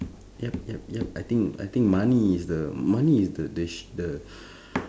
yup yup yup I think I think money is the money is the the shit the